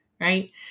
right